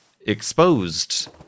exposed